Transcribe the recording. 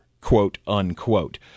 quote-unquote